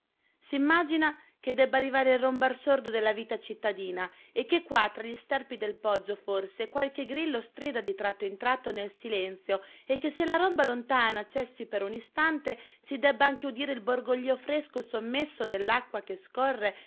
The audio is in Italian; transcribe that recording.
lontana s'immagina che debba arrivare il rombar sordo della vita cittadina e che qua tra gli sterpi del poggio forse qualche grillo strida di tratto in tratto nel silenzio e che se la romba lontana cessi per un istante si debba anche udire il borboglio fresco sommesso dell'acqua che scorre